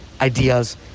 ideas